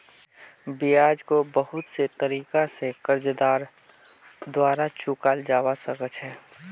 ब्याजको बहुत से तरीका स कर्जदारेर द्वारा चुकाल जबा सक छ